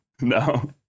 No